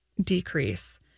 decrease